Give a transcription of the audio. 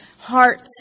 hearts